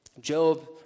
Job